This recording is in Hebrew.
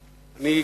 וחצי.